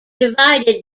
divided